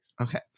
Okay